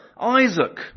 Isaac